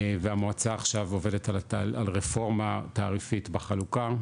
והמועצה עכשיו עובדת על רפורמה תעריפית בחלוקה,